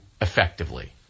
effectively